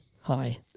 Hi